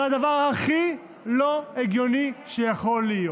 זה הדבר הכי לא הגיוני שיכול להיות.